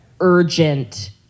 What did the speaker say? urgent